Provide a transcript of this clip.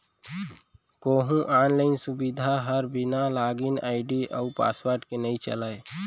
कोहूँ आनलाइन सुबिधा हर बिना लॉगिन आईडी अउ पासवर्ड के नइ चलय